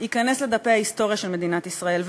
ייכנס לדפי ההיסטוריה של מדינת ישראל,